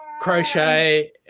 crochet